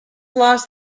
lost